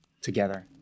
together